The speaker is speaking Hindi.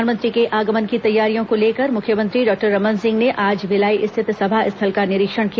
प्रधानमंत्री के आगमन की तैयारियों को लेकर मुख्यमंत्री डॉक्टर रमन सिंह ने आज भिलाई स्थित सभा स्थल का निरीक्षण किया